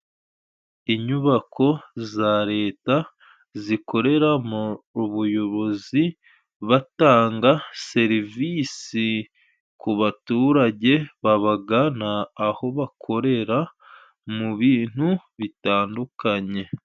Inyubako za Leta zikorera mu buyobozi，batanga serivisi ku baturage babagana， aho bakorera mu bintu bitandukanye.